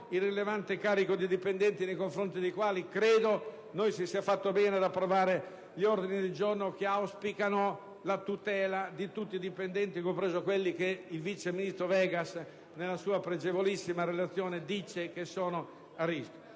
il rilevante carico di dipendenti, nei confronti dei quali credo abbiamo fatto bene ad approvare gli ordini del giorno che ne auspicano la tutela, di tutti, compresi quelli che il vice ministro Vegas, nella sua pregevolissima relazione, dice che sono a rischio.